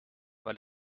weil